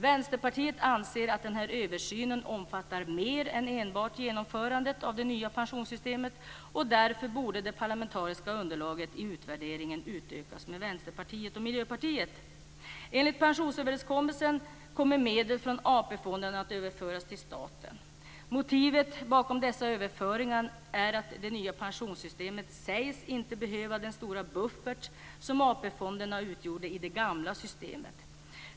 Vänsterpartiet anser att denna översyn omfattar mer än enbart genomförandet av det nya pensionssystemet. Därför borde det parlamentariska underlaget i utvärderingen utökas med Vänsterpartiet och Miljöpartiet. Enligt pensionsöverenskommelsen kommer medel från AP-fonden att överföras till staten. Motivet bakom dessa överföringar är att det nya pensionssystemet sägs inte behöva den stora buffert som AP-fonderna utgjorde i det gamla systemet.